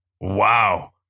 Wow